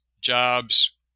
jobs